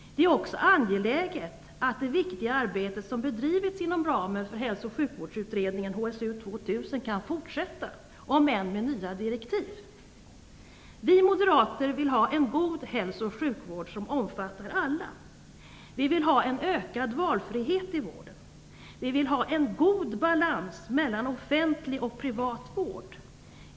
Det är också angeläget att det viktiga arbete som bedrivits inom ramen för hälso och sjukvårdsutredningen, HSU 2000, kan fortsätta, om än med nya direktiv. Vi moderater vill ha en god hälso och sjukvård som omfattar alla. Vi vill ha en ökad valfrihet i vården. Vi vill ha en god balans mellan offentlig och privat vård.